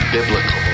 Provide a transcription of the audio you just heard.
Biblical